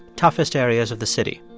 toughest areas of the city.